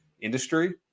industry